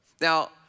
Now